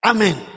Amen